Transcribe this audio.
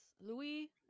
Louis